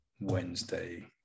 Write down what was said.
Wednesday